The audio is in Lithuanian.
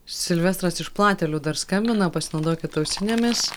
silvestras iš platelių dar skambina pasinaudokit ausinėmis